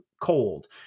cold